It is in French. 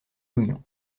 l’oignon